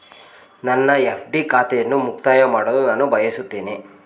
ನನ್ನ ಎಫ್.ಡಿ ಖಾತೆಯನ್ನು ಮುಕ್ತಾಯ ಮಾಡಲು ನಾನು ಬಯಸುತ್ತೇನೆ